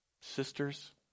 sisters